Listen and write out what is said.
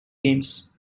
games